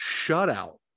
shutout